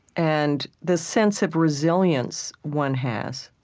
and the sense of resilience one has,